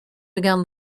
began